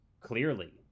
clearly